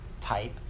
type